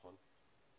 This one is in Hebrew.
נכון?